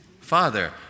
father